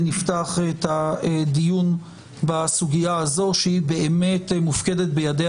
ונפתח את הדיון בסוגיה הזו שהיא באמת מופקדת בידי